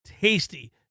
tasty